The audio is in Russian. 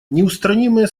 неустранимые